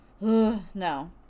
No